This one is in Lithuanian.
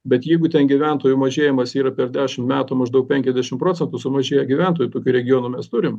bet jeigu ten gyventojų mažėjimas yra per dešim metų maždaug penkiasdešim procentų sumažėja gyventojų tokių regionų mes turim